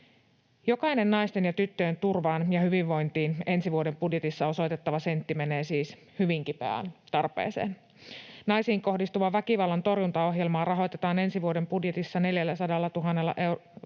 Jokainen naisten ja tyttöjen turvaan ja hyvinvointiin ensi vuoden budjetissa osoitettava sentti menee siis hyvin kipeään tarpeeseen. Naisiin kohdistuvan väkivallan torjuntaohjelmaa rahoitetaan ensi vuoden budjetissa 400 000 euron